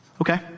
Okay